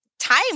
time